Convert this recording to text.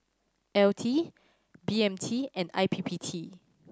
L T B M T and I P P T